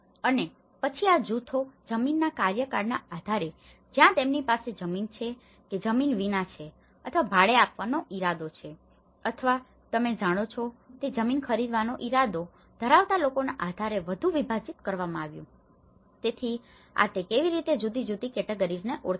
અને પછી આ જૂથો જમીનના કાર્યકાળના આધારે જ્યાં તેમની પાસે જમીન છે કે જમીન વિના છે અથવા ભાડે આપવાનો ઇરાદો છે અથવા તમે જાણો છો તે જમીન ખરીદવાનો ઇરાદો ધરાવતા લોકોના આધારે તે વધુ વિભાજિત કરવામાં આવ્યું છે તેથી આ તે કેવી રીતે જુદી જુદી કેટેગરીઝને ઓળખે છે